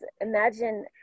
imagine